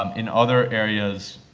um in other areas,